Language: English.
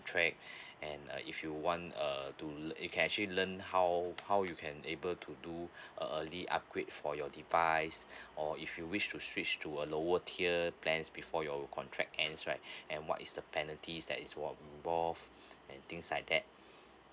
~tract and uh if you want uh to let you can actually learn how how you can able to do a early upgrade for your device or if you wish to switch to a lower tier plans before your contract ends right and what is the penalties that is uh involved and things like that